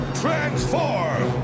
transform